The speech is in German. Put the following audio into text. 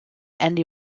andy